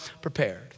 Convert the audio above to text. prepared